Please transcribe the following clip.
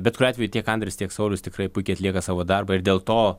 bet kuriuo atveju tiek andrius tiek saulius tikrai puikiai atlieka savo darbą ir dėl to